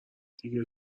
دیگه